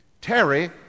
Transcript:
Terry